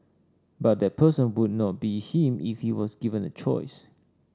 but that person would not be him if he was given a choice